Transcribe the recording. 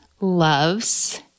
loves